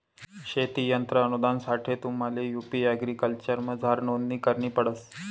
शेती यंत्र अनुदानसाठे तुम्हले यु.पी एग्रीकल्चरमझार नोंदणी करणी पडस